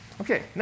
Okay